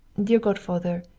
dear godfather,